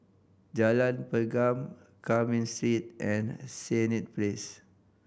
Jalan Pergam Carmen Street and Senett Place